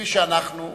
כפי שאנחנו,